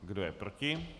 Kdo je proti?